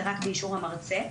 זה רק באישור המרצה.